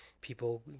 people